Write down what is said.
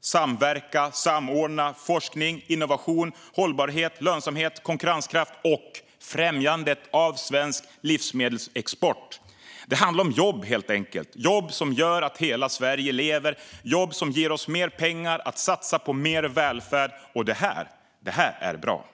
samverkan, samordning, forskning, innovation, hållbarhet, lönsamhet, konkurrenskraft och främjande av svensk livsmedelsexport. Det handlar om jobb, helt enkelt - jobb som gör att hela Sverige lever och som ger oss mer pengar att satsa på mer välfärd. Det här är bra!